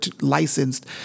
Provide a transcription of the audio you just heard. licensed